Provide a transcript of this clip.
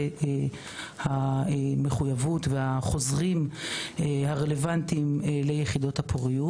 המחויבות והחוזרים הרלוונטיים ליחידות הפוריות.